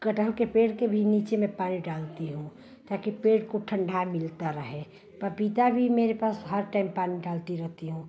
कटहल के पेड़ के भी नीचे मैं पानी डालती हूँ ताकि पेड़ को ठंडा मिलता रहे पपीता भी मेरे पास हर टाइम पानी डालती रहती हूँ